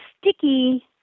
sticky